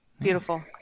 Beautiful